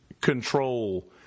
control